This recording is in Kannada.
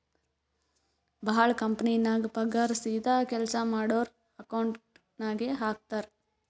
ಭಾಳ ಕಂಪನಿನಾಗ್ ಪಗಾರ್ ಸೀದಾ ಕೆಲ್ಸಾ ಮಾಡೋರ್ ಅಕೌಂಟ್ ನಾಗೆ ಹಾಕ್ತಾರ್